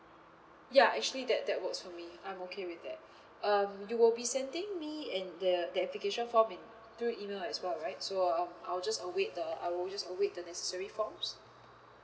ya actually that that works for me I'm okay with that um you will be sending me in the the application form in through email as well right so um I'll just await the I will just await the necessary forms